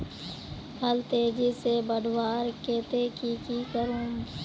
फल तेजी से बढ़वार केते की की करूम?